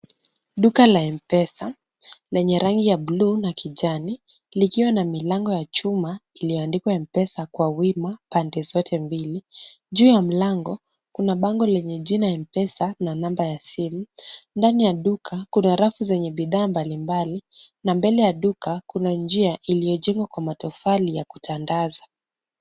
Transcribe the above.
Duka la mpesa lenye rangi ya blue na kijani, likiwa na milango ya chuma iliyoandikwa mpesa kwa wima pande zote mbili. Juu ya mlango kuna bango lenye jina mpesa na namba ya simu. Ndani ya duka kuna rafu zenye bidhaa mbalimbali na mbele ya duka kuna njia iliyojengwa kwa matofali ya kutandaza.